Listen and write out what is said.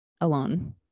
alone